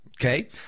okay